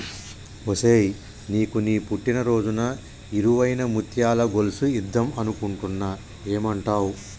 ఒసేయ్ నీకు నీ పుట్టిన రోజున ఇలువైన ముత్యాల గొలుసు ఇద్దం అనుకుంటున్న ఏమంటావ్